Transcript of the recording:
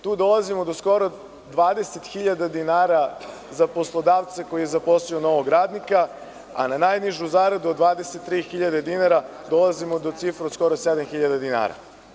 Tu dolazimo do skoro 20.000 dinara za poslodavce koji je zaposlio novog radnika, a na najnižu zaradu od 23.000 dinara dolazimo do cifre od skoro 7.000 dinara.